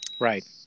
Right